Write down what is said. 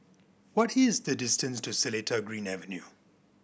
what is the distance to Seletar Green Avenue